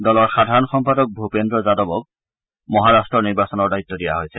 দলৰ সাধাৰণ সম্পাদক ভূপেন্দ্ৰ যাদৱক মহাৰাট্টৰ নিৰ্বাচনৰ দায়িত্ব দিয়া হৈছে